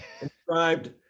inscribed